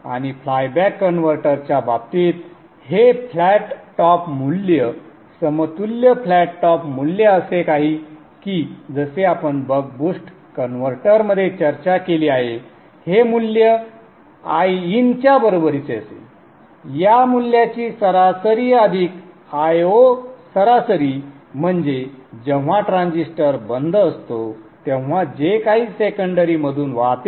आणि फ्लायबॅक कन्व्हर्टरच्या बाबतीत हे फ्लॅट टॉप मूल्य समतुल्य फ्लॅट टॉप मूल्य असे आहे की जसे आपण बक बूस्ट कन्व्हर्टरमध्ये चर्चा केली आहे हे मूल्य Iin च्या बरोबरीचे असेल या मूल्याची सरासरी अधिक Io सरासरी म्हणजे जेव्हा ट्रान्झिस्टर बंद असतो तेव्हा जे काही सेकंडरी मधून वाहते